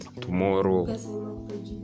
tomorrow